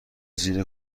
زیر